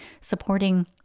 supporting